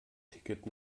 ticket